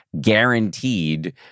guaranteed